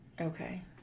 Okay